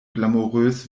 glamourös